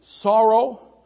sorrow